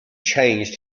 changed